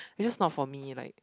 it's just not for me like